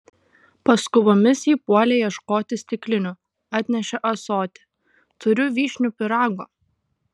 paskubomis ji puolė ieškoti stiklinių atnešė ąsotį turiu vyšnių pyrago